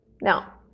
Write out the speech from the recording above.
Now